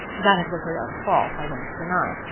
that it was her own fault i won't deny,